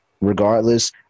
Regardless